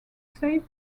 save